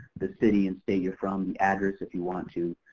the city and state you're from, the address, if you want to,